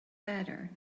better